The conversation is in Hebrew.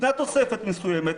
ניתנה תוספת מסוימת,